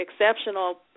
exceptional